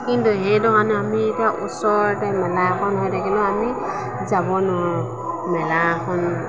সেইধৰণে আমি এতিয়া ওচৰতে মেলা এখন হৈ থাকিলেও আমি যাব নোৱাৰোঁ মেলা এখন